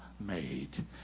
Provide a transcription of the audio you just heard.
made